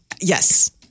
Yes